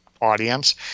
audience